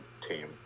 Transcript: Team